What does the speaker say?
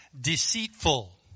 deceitful